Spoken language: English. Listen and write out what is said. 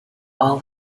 all